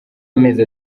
amezi